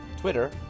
Twitter